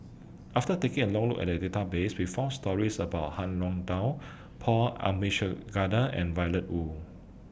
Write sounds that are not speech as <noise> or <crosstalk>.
after taking A Long Look At The Database We found stories about Han <unintelligible> Paul Abisheganaden and Violet Oon